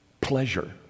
pleasure